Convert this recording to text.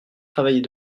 travailler